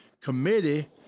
committee